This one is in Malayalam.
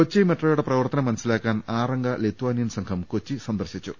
കൊച്ചി മെട്രോയുടെ പ്രവർത്തനം മനസ്സിലാക്കാൻ ആറംഗ ലിത്വാ നിയൻ സംഘം കൊച്ചി സന്ദർശിച്ചു